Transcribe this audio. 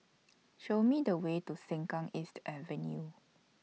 Show Me The Way to Sengkang East Avenue